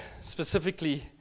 specifically